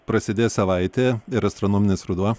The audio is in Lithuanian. prasidės savaitė ir astronominis ruduo